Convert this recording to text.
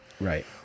Right